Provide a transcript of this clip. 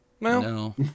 No